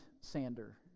sander